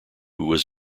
was